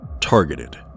targeted